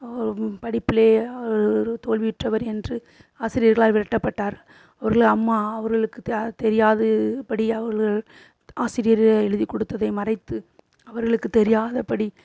படிப்பில் அவர் தோல்வியுற்றவர் என்று ஆசிரியர்களால் விரட்டப்பட்டார் அம்மா அவர்களுக்கு த தெரியாது இப்படி அவர்கள் ஆசிரியர் எழுதிக் கொடுத்ததை மறைத்து அவர்களுக்கு தெரியாதபடி